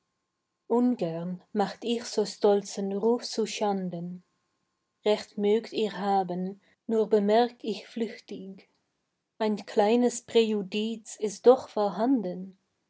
ungern macht ich so stolzen ruf zu schanden recht mögt ihr haben nur bemerk ich flüchtig ein kleines präjudiz ist doch vorhanden